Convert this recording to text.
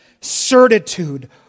Certitude